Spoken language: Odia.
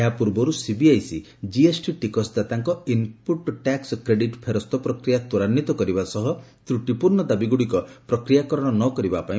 ଏହା ପୂର୍ବରୁ ସିବିଆଇସି ଜିଏସ୍ଟି ଟିକସଦାତାଙ୍କ ଇନ୍ପୁଟ୍ ଟ୍ୟାକ୍ କ୍ରେଡିଟ୍ ଫେରସ୍ଡ ପ୍ରକ୍ରିୟା ତ୍ୱରାନ୍ୱିତ କରିବା ସହ ତ୍ରଟିପୂର୍ଣ୍ଣ ଦାବିଗୁଡ଼ିକ ପ୍ରକ୍ରିୟାକରଣ ନ କରିବାପାଇଁ ପଦକ୍ଷେପ ନେଇଛି